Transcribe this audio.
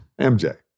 MJ